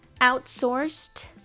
outsourced